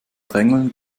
drängeln